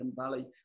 Valley